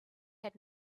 had